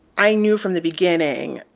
i knew from the beginning,